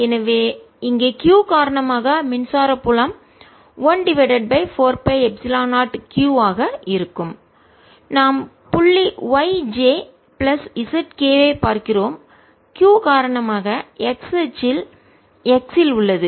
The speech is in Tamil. எனவே இங்கே q காரணமாக மின்சார புலம் 1 divided by 4 pi epsilon 0 q ஆக இருக்கும் நாம் புள்ளி y j plus z k ஐப் பார்க்கிறோம் q காரணமாக x அச்சில் x இல் உள்ளது